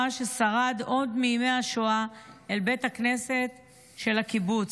ששרד עוד מימי השואה אל בית הכנסת של הקיבוץ,